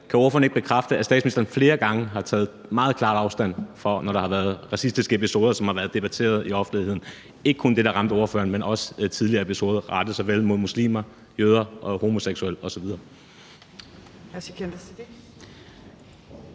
Kan ordføreren ikke bekræfte, at statsministeren flere gange har taget meget klart afstand, når der har været racistiske episoder, som har været debatteret i offentligheden, ikke kun det, der ramte ordføreren, men også tidligere episoder rettet mod såvel muslimer som jøder, homoseksuelle osv.?